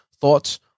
thoughts